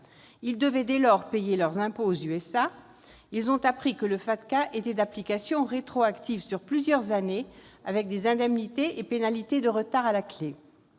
Ils devaient, dès lors, payer leurs impôts aux États-Unis. Ils ont appris que le FATCA était d'application rétroactive sur plusieurs années, avec des indemnités et pénalités de retard à la clef